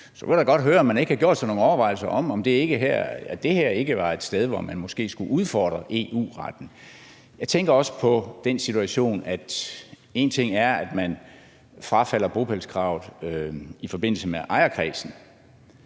ville jeg da godt høre, om man ikke havde gjort sig nogle overvejelser om, om det her ikke var et sted, hvor man måske skulle udfordre EU-retten. Jeg tænker også på den situation, at én ting er, at man frafalder bopælskravet i forbindelse med ejerkredsen,